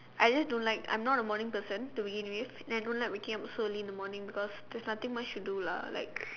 I just don't like I'm not a morning person to begin with and I don't like waking up so early in the morning because there's nothing much to do lah like